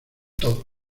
todo